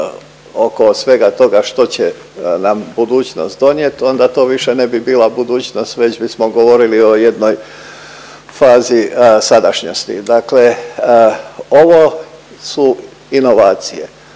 oko svega toga što će nam budućnost donijet onda to ne bi bila budućnost već bismo govorili o jednoj fazi sadašnjosti. Dakle, ovo su inovacije,